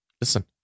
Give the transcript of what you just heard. listen